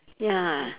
ya